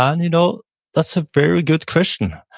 and you know that's a very good question.